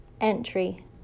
Entry